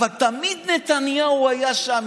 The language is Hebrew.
אבל תמיד נתניהו היה שם.